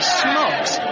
smokes